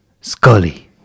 Scully